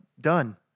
done